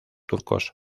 turcos